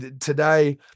Today